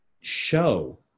show